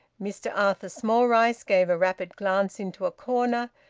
mr arthur smallrice gave a rapid glance into a corner,